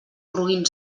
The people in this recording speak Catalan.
roín